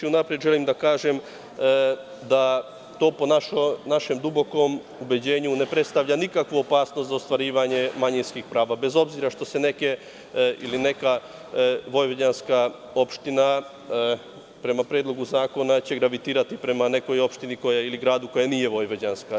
Unapred želim da kažem da to po našem dubokom ubeđenju ne predstavlja nikakvu opasnost za ostvarivanje manjinskih prava, bez obzira što će se neke ili neka vojvođanska opština, prema Predlogu zakona, gravitirati prema nekoj opštini ili gradu, koja nije vojvođanska.